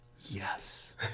Yes